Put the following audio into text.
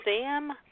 Sam